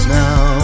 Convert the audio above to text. now